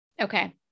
Okay